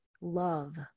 love